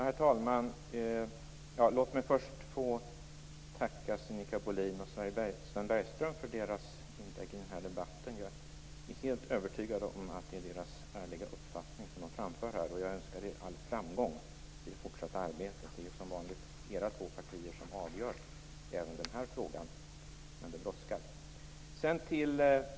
Herr talman! Låt mig först få tacka Sinikka Bohlin och Sven Bergström för deras inlägg i denna debatt. Jag är helt övertygad om att det är deras ärliga uppfattning som de framför. Jag önskar er all framgång i det fortsatta arbetet. Det är som vanligt era två partier som avgör även denna fråga. Det brådskar.